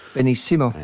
Benissimo